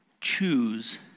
choose